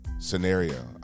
Scenario